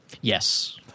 yes